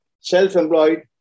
Self-Employed